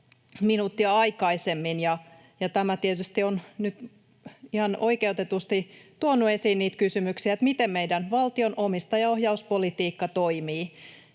minuuttia aikaisemmin, ja tämä tietysti on nyt ihan oikeutetusti tuonut esiin niitä kysymyksiä, että miten meidän valtion omistajaohjauspolitiikka toimii.